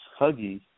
Huggy